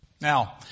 Now